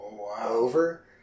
over